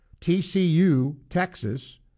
TCU-Texas